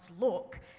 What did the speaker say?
look